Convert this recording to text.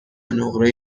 نقره